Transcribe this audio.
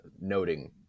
noting